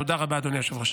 תודה רבה, אדוני היושב-ראש.